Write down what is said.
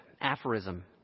aphorism